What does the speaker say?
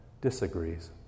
Disagrees